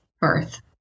birth